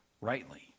rightly